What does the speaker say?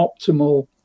optimal